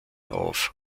auf